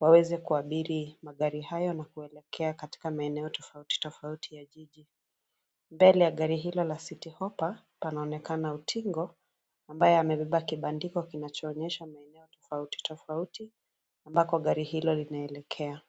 waweze kuabiri magari haya na kuelekea katika maeneo tofauti tofauti ya jiji. Mbele ya gari hilo la Citi Hoppa , panaonekana utingo, ambaye amebeba kibandiko kinachoonyesha maeneo tofauti tofauti ambako gari hilo linaelekea.